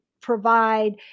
provide